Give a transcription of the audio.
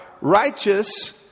righteous